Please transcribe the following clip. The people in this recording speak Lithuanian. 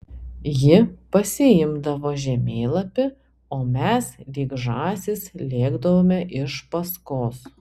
ji pasiimdavo žemėlapį o mes lyg žąsys lėkdavome iš paskos